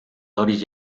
doris